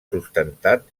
sustentat